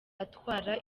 atwara